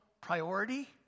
priority